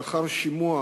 לאחר שימוע